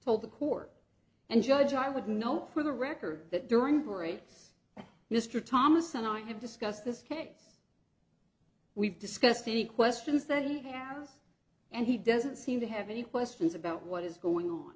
told the court and judge i would note for the record that during breaks mr thomas and i have discussed this case we've discussed any questions that he has and he doesn't seem to have any questions about what is going on